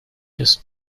does